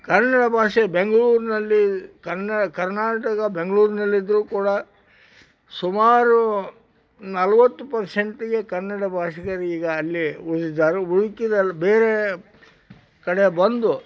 ಕನ್ನಡ ಭಾಷೆ ಬೆಂಗ್ಳೂರಿನಲ್ಲಿ ಕನ್ನಡ ಕರ್ನಾಟಕ ಬೆಂಗ್ಳೂರಿನಲ್ಲಿದ್ರು ಕೂಡ ಸುಮಾರು ನಲವತ್ತು ಪರ್ಸೆಂಟಿಗೆ ಕನ್ನಡ ಭಾಷಿಕರೀಗ ಅಲ್ಲಿ ಉಳಿದಿದ್ದಾರೆ ಉಳ್ದಿದ್ರಲ್ಲಿ ಬೇರೆ ಕಡೆ ಬಂದು